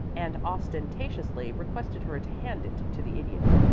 and ostentatiously requested her to hand it to the idiot.